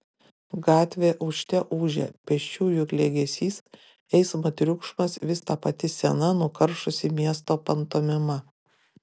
gatvė ūžte ūžė pėsčiųjų klegesys eismo triukšmas vis ta pati sena nukaršusi miesto pantomima